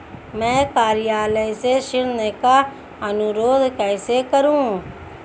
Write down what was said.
मैं कार्यालय से ऋण का अनुरोध कैसे करूँ?